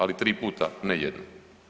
Ali tri puta, ne jednom.